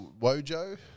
Wojo